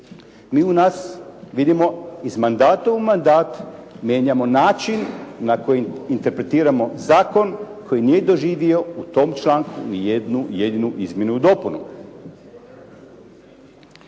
Mi u nas vidimo iz mandata u mandat mijenjamo način na koji interpretiramo zakon koji nije doživio u tom članku ni jednu jedinu izmjenu i dopunu.